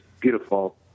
beautiful